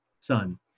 son